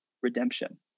redemption